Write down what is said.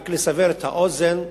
רק לסבר את האוזן,